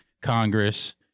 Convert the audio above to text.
Congress